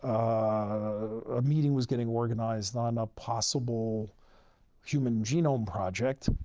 a meeting was getting organized on a possible human genome project.